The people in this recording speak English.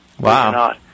Wow